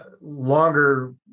longer